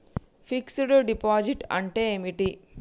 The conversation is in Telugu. ఫిక్స్ డ్ డిపాజిట్ అంటే ఏమిటి?